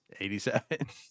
87